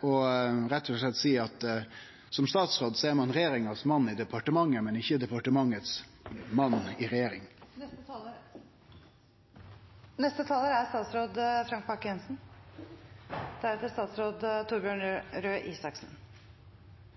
og rett og slett seie at som statsråd er ein regjeringa sin mann i departementet, men ikkje departementet sin mann i regjeringa. Den siste harangen fra representanten Fylkesnes var faktisk så meningsløs at det nærmer seg uverdig den rollen han har i dette embetet. Forsvarsdepartementet er